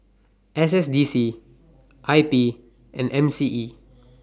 S S D C I P and M C E